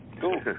Cool